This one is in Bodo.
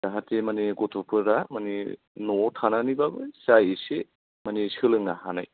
जाहाथे मानि गथ'फोरा माने न'आव थानानैबानो जा एसे मानि सोलोंनो हानाय